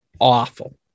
awful